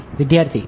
વિદ્યાર્થી તે છે